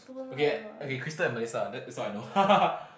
okay okay Crystal and Melissa that's that's all I know